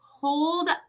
hold